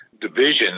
divisions